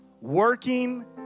working